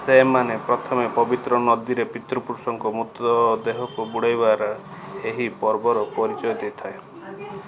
ସେମାନେ ପ୍ରଥମେ ପବିତ୍ର ନଦୀରେ ପିତୃପୁରୁଷଙ୍କ ମୃତଦେହକୁ ବୁଡ଼େଇବାରେ ଏହି ପର୍ବର ପରିଚୟ ଦେଇଥାଏ